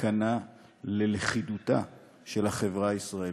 סכנה ללכידותה של החברה הישראלית.